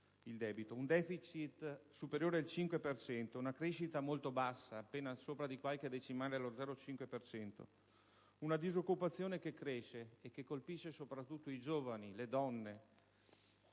miliardi; un *deficit* superiore al 5 per cento, una crescita molto bassa, appena sopra di qualche decimale dello 0,5 per cento; una disoccupazione che cresce, e che colpisce soprattutto i giovani e le donne;